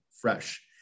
fresh